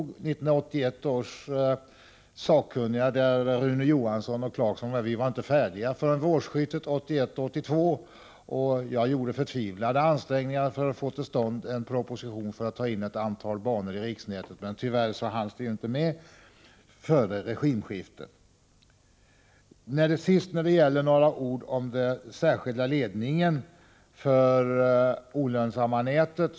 Inom 1981 års sakkunniga på området, där Rune Johansson och Rolf Clarkson ingick, var vi inte färdiga förrän vid årsskiftet 1981-1982. Jag gjorde förtvivlade ansträngningar för att få till stånd en proposition i syfte att ta in ett antal banor i riksnätet, men tyvärr hanns det inte med före regimskiftet. Slutligen några ord om den särskilda ledningen för det olönsamma nätet.